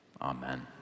Amen